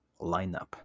lineup